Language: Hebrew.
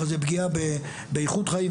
אבל זה פגיעה באיכות חיים,